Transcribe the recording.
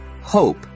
hope